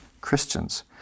Christians